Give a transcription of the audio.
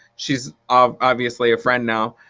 she's um obviously a friend now,